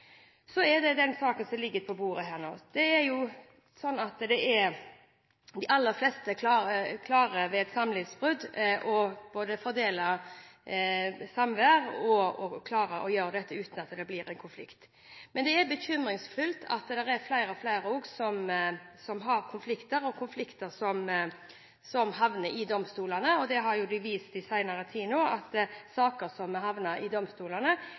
Så til den saken som ligger på bordet her nå. De aller fleste klarer ved et samlivsbrudd å fordele samvær uten at det blir en konflikt. Men det er bekymringsfullt at det er flere og flere som har konflikter, og konflikter som havner i domstolene – det har jo vist seg i senere tid at saker som har havnet i domstolene,